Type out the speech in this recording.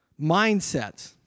mindsets